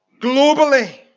Globally